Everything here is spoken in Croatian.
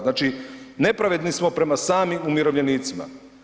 Znači nepravedni smo prema samim umirovljenicima.